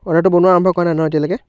অৰ্ডাৰটো বনোৱা আৰম্ভ কৰা নাই ন এতিয়ালৈকে